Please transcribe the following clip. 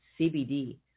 CBD